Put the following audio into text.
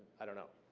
i don't know,